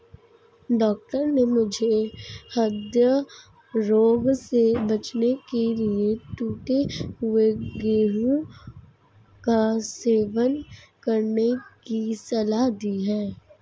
doctor ने मुझे हृदय रोग से बचने के लिए टूटे हुए गेहूं का सेवन करने की सलाह दी है